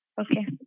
Okay